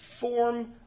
form